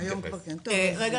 היום כבר כן, אוקי.